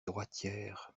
droitière